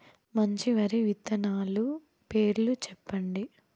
మంచి వరి విత్తనాలు పేర్లు చెప్పండి?